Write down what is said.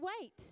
wait